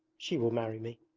she will marry me.